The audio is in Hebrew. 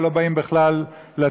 או לא באים בכלל לטמפל,